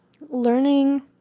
learning